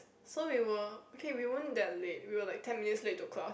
so we were okay we weren't that late we were like ten minutes late to class